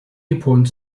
appoints